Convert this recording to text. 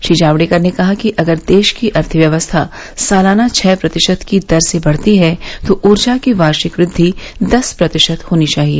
श्री जावड़ेकर ने कहा कि अगर देश की अर्थव्यवस्था सालाना छह प्रतिशत की दर से बढ़ती है तो ऊर्जा की वार्षिक वृद्धि दस प्रतिशत होनी चाहिए